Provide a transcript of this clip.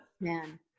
Man